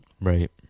Right